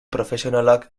profesionalak